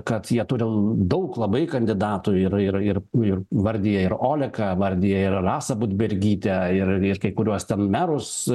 kad jie turi daug labai kandidatų ir ir ir ir vardija ir oleka vardija ir rasą budbergytę ir ir kai kuriuos merus